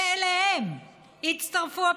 ואליהם הצטרפו הפסיכולוגים,